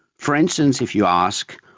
for instance, if you ask,